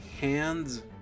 hands